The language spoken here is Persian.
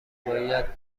باید